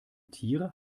tiere